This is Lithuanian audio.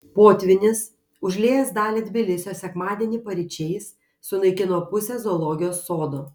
potvynis užliejęs dalį tbilisio sekmadienį paryčiais sunaikino pusę zoologijos sodo